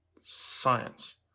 science